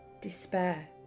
despair